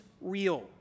real